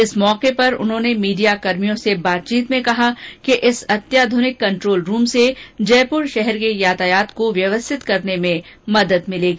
इस अवसर पर उन्होंने मीडियाकर्मियों से बातचीत में कहा कि इस अत्याध्रनिक कंट्रोल रूम से जयपुर के यातायात को व्यवस्थित करने में पुलिस को मदद मिलेगी